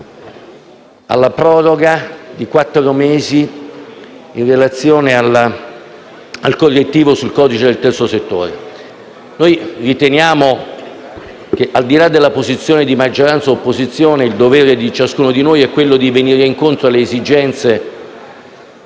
alla proroga di quattro mesi in relazione al correttivo sul codice del terzo settore. Riteniamo che, al di là della posizione di maggioranza e di opposizione, il dovere di ciascuno di noi sia di venire incontro alle esigenze